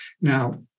Now